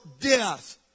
death